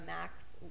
max